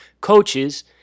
coaches